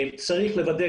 צריך לוודא,